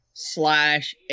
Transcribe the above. Slash